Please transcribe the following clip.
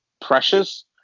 Precious